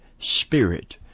spirit